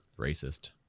Racist